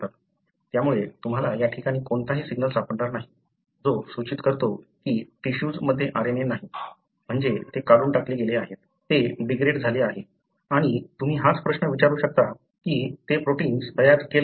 त्यामुळे तुम्हाला या ठिकाणी कोणताही सिग्नल सापडणार नाही जो सूचित करतो की टिशूज मध्ये RNA नाही म्हणजे ते काढून टाकले गेले आहेत ते डिग्रेड झाले आहेत आणि तुम्ही हाच प्रश्न विचारू शकता की ते प्रोटिन्स तयार केले जात आहेत की नाही